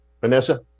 Vanessa